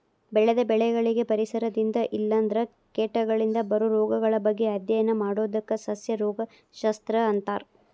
ಬೆಳೆದ ಬೆಳಿಗಳಿಗೆ ಪರಿಸರದಿಂದ ಇಲ್ಲಂದ್ರ ಕೇಟಗಳಿಂದ ಬರೋ ರೋಗಗಳ ಬಗ್ಗೆ ಅಧ್ಯಯನ ಮಾಡೋದಕ್ಕ ಸಸ್ಯ ರೋಗ ಶಸ್ತ್ರ ಅಂತಾರ